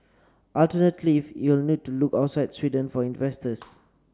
alternativelyit will need to look outside Sweden for investors